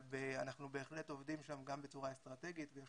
אבל אנחנו בהחלט עובדים שם גם בצורה אסטרטגית ויש